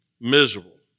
Miserable